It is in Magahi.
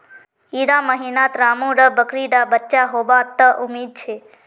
इड़ा महीनात रामु र बकरी डा बच्चा होबा त उम्मीद छे